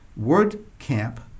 WordCamp